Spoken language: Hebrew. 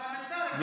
פרלמנטריים?